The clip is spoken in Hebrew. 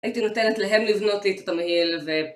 הייתי נותנת להם לבנות לי את את התמהיל ו...